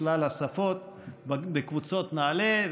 ושלל שפות בקבוצות נעל"ה,